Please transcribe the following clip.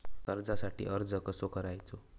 कर्जासाठी अर्ज कसो करायचो?